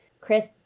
Chris